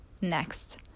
next